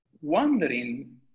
wondering